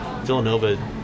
Villanova